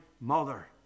mother